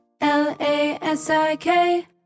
L-A-S-I-K